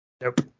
Nope